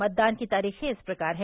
मतदान की तारीखें इस प्रकार हैं